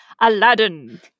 Aladdin